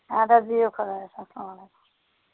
اَدٕ حظ بِہِوخدایَس حوال